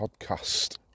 podcast